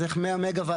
אז איך 100 מגה-וואט,